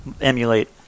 emulate